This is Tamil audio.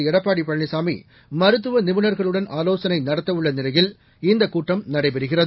எடப்பாடி பழனிசாமி மருத்துவ நிபுணர்களுடன் ஆலோசனை நடத்தவுள்ள நிலையில் இந்தக் கூட்டம் நடைபெறுகிறது